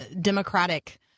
democratic